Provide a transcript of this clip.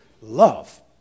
love